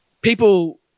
People